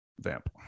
vamp